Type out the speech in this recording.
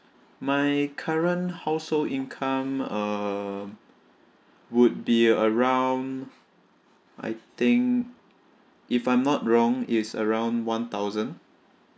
my current household income uh would be around I think if I'm not wrong is around one thousand